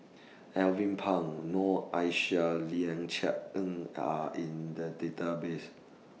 Alvin Pang Noor Aishah and Ling Cher Eng Are in The Database